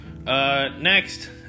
Next